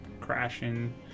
crashing